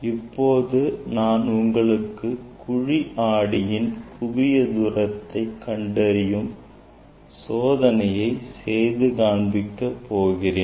இப்பொழுது நான் உங்களுக்கு குழி ஆடியின் குவியத் தூரத்தை கண்டறியும் சோதனையை செய்து காண்பிக்க போகிறேன்